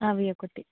అవి ఒకటి